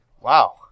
Wow